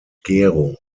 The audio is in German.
gärung